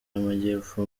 y’amajyepfo